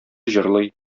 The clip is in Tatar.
җырлый